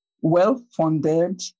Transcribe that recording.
well-funded